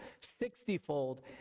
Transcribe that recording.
sixtyfold